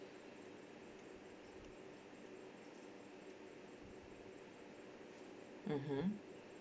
mmhmm